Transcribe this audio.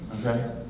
Okay